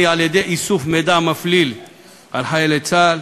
על-ידי איסוף מידע מפליל על חיילי צה"ל,